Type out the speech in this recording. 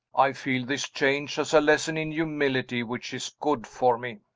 i feel this change as a lesson in humility which is good for me.